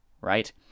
right